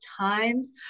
times